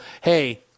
hey